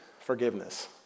forgiveness